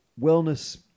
wellness